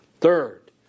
Third